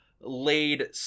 laid